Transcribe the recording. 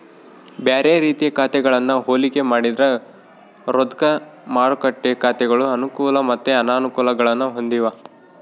ಬ್ಯಾರೆ ರೀತಿಯ ಖಾತೆಗಳನ್ನ ಹೋಲಿಕೆ ಮಾಡಿದ್ರ ರೊಕ್ದ ಮಾರುಕಟ್ಟೆ ಖಾತೆಗಳು ಅನುಕೂಲ ಮತ್ತೆ ಅನಾನುಕೂಲಗುಳ್ನ ಹೊಂದಿವ